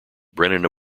brennan